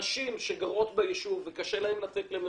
נשים שגרות ביישוב וקשה להן לצאת למרחקים,